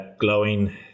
glowing